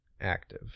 active